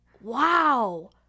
wow